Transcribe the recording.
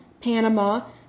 Panama